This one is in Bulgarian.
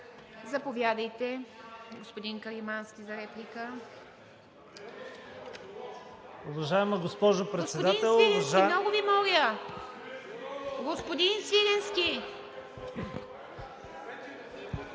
Заповядайте, господин Каримански, за реплика.